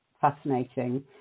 fascinating